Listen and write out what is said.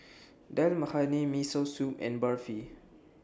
Dal Makhani Miso Soup and Barfi